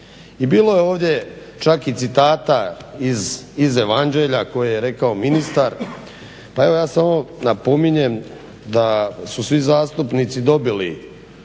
I bilo je ovdje čak i citata iz evanđelja koje je rekao ministar, pa evo ja samo napominjem da su svi zastupnici dobili